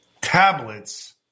tablets